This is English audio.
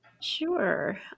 Sure